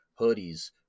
hoodies